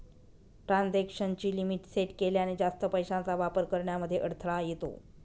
transaction ची limit set केल्याने, जास्त पैशांचा वापर करण्यामध्ये अडथळा येतो